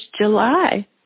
July